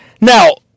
Now